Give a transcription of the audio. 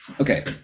Okay